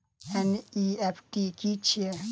NEFT की छीयै?